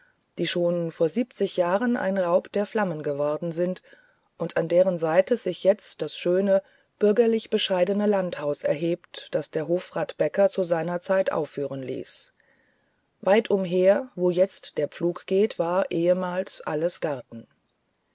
die schon vor siebzig jahren ein raub der flammen geworden sind und an deren seite sich jetzt das schöne bürgerlich bescheidene landhaus erhebt das der hofrat becker zu seiner zeit aufführen ließ weit umher wo jetzt der pflug geht war ehemals alles garten